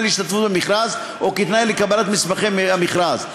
להשתתפות במכרז או כתנאי לקבלת מסמכי המכרז,